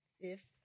Fifth